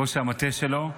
ראש המטה שלו.